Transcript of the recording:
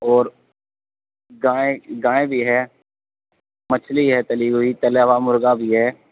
اور گائے گائے بھی ہے مچھلی ہے تلّی ہوئی تلّا ہُوا مُرغا بھی ہے